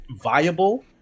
viable